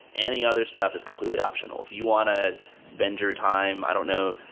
any other staff is completely optional. if you want to spend your time i don't know,